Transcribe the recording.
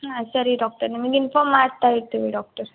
ಹಾಂ ಸರಿ ಡಾಕ್ಟರ್ ನಿಮಗೆ ಇನ್ಫಾರ್ಮ್ ಮಾಡ್ತಾ ಇರ್ತೀವಿ ಡಾಕ್ಟರ್